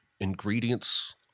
ingredients